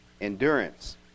endurance